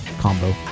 combo